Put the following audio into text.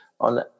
On